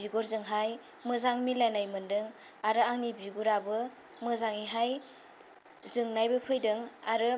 बिगुरजोंहाय मोजां मिलायनाय मोनदों आरो आंनि बिगुराबो मोजाङैहाय जोंनायबो फैदों आरो